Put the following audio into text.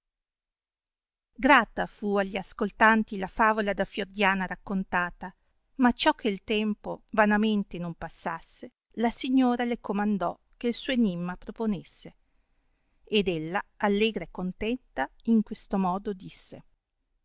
grata fu a gli ascoltanti la favola da fiordiana raccontata ma acciò che il tempo vanamente non passasse la signora le comandò che suo enimma proponesse ed ella allegra e contenta in questo modo disse